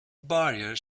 barrier